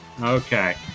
okay